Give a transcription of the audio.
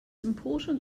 important